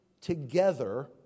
together